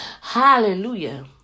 Hallelujah